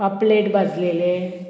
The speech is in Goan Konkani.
पापलेट भाजलेले